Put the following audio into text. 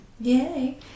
yay